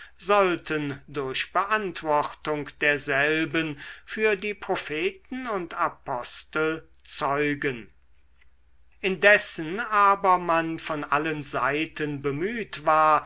sollten durch beantwortung derselben für die propheten und apostel zeugen indessen aber man von allen seiten bemüht war